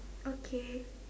okay